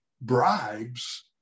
bribes